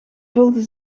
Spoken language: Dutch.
vulde